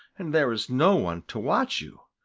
and there is no one to watch you,